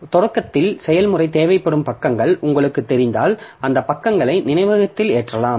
எனவே தொடக்கத்தில் செயல்முறை தேவைப்படும் பக்கங்கள் உங்களுக்குத் தெரிந்தால் அந்த பக்கங்களை நினைவகத்தில் ஏற்றலாம்